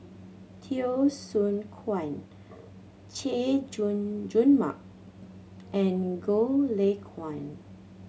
Teo Soon Chuan Chay Jung Jun Mark and Goh Lay Kuan